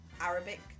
Arabic